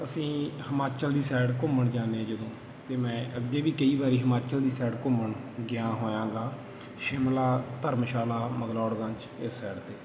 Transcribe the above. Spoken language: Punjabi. ਅਸੀਂ ਹਿਮਾਚਲ ਦੀ ਸਾਈਡ ਘੁੰਮਣ ਜਾਂਦੇ ਜਦੋਂ ਅਤੇ ਮੈਂ ਅੱਗੇ ਵੀ ਕਈ ਵਾਰੀ ਹਿਮਾਚਲ ਦੀ ਸਾਈਡ ਘੁੰਮਣ ਗਿਆ ਹੋਇਆ ਗਾ ਸ਼ਿਮਲਾ ਧਰਮਸ਼ਾਲਾ ਮਗਲੋੜਗੰਜ ਇਸ ਸਾਈਡ 'ਤੇ